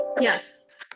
Yes